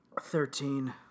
Thirteen